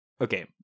Okay